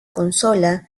consola